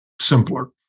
simpler